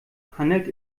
handelt